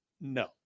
No